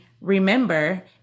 remember